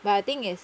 but I think it's